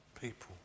people